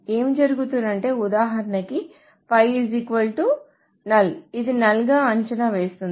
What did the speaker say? ఏమి జరుగుతుందంటే ఉదాహరణకు 5 నల్ ఇది నల్ గా అంచనా వేస్తుంది